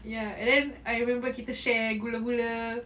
ya and then I remember kita share gula-gula